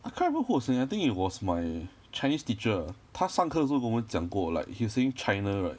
I can't remember who was saying ah I think it was my chinese teacher uh 他上课的时候跟我们讲过 like he was saying china right